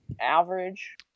Average